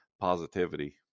positivity